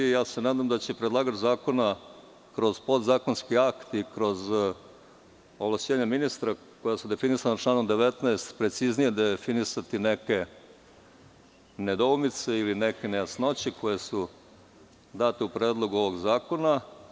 Nadam se da će predlagač zakona kroz podzakonske akte i kroz ovlašćenja ministra, koja su definisana članom 19, preciznije definisati neke nedoumice ili neke nejasnoće, koje su date u predlogu ovog zakona.